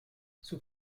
sous